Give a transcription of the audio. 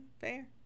fair